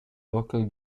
local